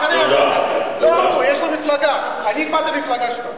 לא הוא, יש לו מפלגה, אני אתבע את המפלגה שלך.